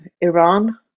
Iran